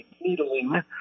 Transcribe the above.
needling